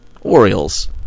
Orioles